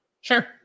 Sure